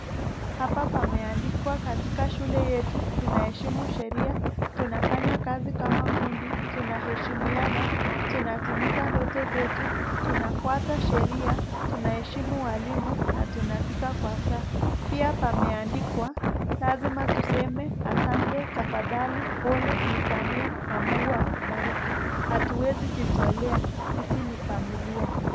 Hapa pameandikwa katika shule yetu tunaheshimu sheria, tunafanya kazi kama kundi, tunaheshimiana, tunatimiza ndoto zetu, tunafuata sheria, tunaheshimu walimu na tunafika kwa saa. Pia pameandikwa, lazima tuseme asante, tafadhali, pole, nisamehe na Mungu akubariki. Hatuwezi jitolea. Sisi ni familia.